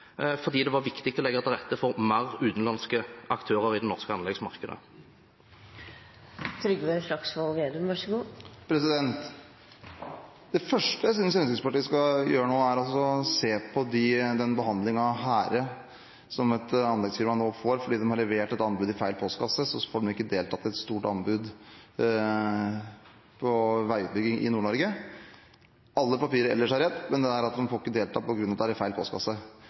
fordi det var viktig å legge til rette for flere utenlandske aktører i det norske anleggsmarkedet. Det første jeg synes Fremskrittspartiet skal gjøre nå, er å se på den behandlingen Hæhre, som er et anleggsfirma, nå får. Fordi de har levert et anbud i feil postkasse, får de ikke delta i et stort anbud på veiutbygging i Nord-Norge. Alle papirer ellers er rett, men de får ikke delta på grunn av at disse er i feil postkasse.